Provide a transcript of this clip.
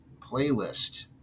playlist